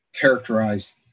characterize